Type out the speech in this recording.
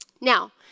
Now